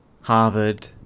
Harvard